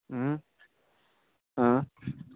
آ